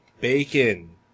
Bacon